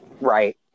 right